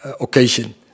occasion